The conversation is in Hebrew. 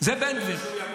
זה בן גביר.